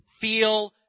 feel